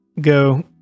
go